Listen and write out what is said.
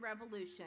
Revolution